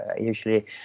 usually